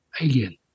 alien